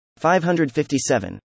557